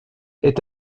est